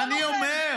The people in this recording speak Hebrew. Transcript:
אז אני אומר: